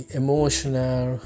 emotional